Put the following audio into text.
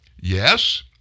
yes